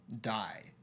die